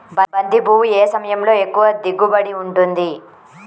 బంతి పువ్వు ఏ సమయంలో ఎక్కువ దిగుబడి ఉంటుంది?